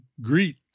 greet